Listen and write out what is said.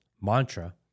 mantra